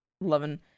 loving